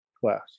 class